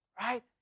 right